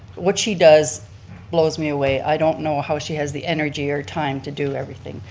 what she does blows me away. i don't know how she has the energy or time to do everything.